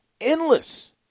endless